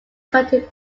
cotton